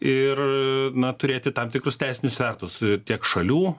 ir na turėti tam tikrus teisinius svertus tiek šalių